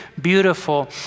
beautiful